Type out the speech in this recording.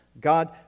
God